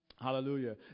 Hallelujah